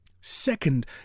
second